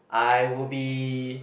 I will be